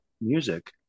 music